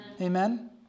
Amen